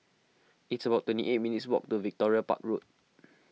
it's about twenty eight minutes' walk to Victoria Park Road